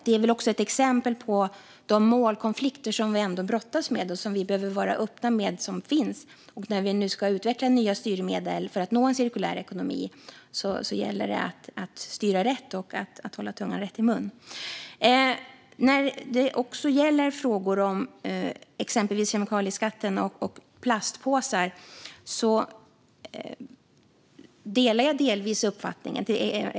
Det är också ett exempel på de målkonflikter som vi brottas med och som vi behöver vara öppna med att de finns. När vi nu ska utveckla nya styrmedel för att nå en cirkulär ekonomi gäller det att styra rätt och hålla tungan rätt i mun. När det gäller frågor om exempelvis kemikalieskatten och plastpåsar delar jag delvis uppfattning med ledamoten.